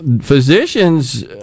physicians